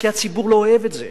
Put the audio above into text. כי הציבור לא אוהב את זה.